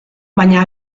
baina